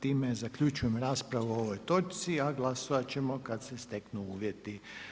Time zaključujem raspravu o ovoj točci a glasovati ćemo kada se steknu uvjeti.